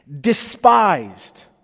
despised